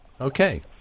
Okay